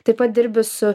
taip pat dirbi su